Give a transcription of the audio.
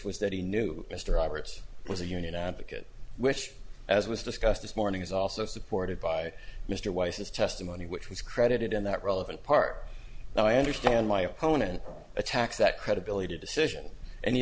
was that he knew mr roberts was a union advocate which as was discussed this morning is also supported by mr weiss is testimony which was credited in that relevant part and i understand my opponent attacks that credibility decision an